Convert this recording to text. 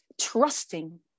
trusting